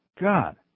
God